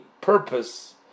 purpose